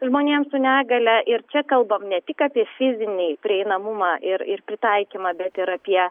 žmonėms su negalia ir čia kalbam ne tik apie fizinį prieinamumą ir ir pritaikymą bet ir apie